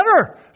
Better